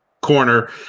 corner